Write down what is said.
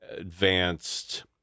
advanced